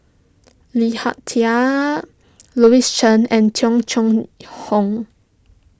Lee Hak Tai Louis Chen and Tung Chye Hong